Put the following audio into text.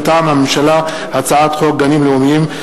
מטעם הממשלה: הצעת חוק גנים לאומיים,